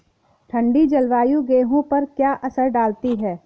ठंडी जलवायु गेहूँ पर क्या असर डालती है?